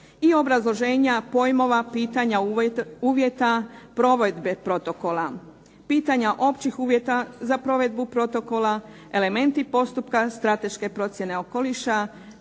I obrazloženja pojmova, pitanja, uvjeta, provedbe protokola, pitanja općih uvjeta za provedbu protokola, elementi postupka strateške procjene okoliša,